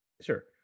sure